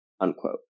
unquote